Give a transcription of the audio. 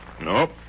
Nope